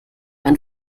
mein